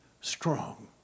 strong